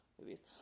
movies